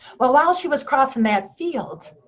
well, while she was crossing that field,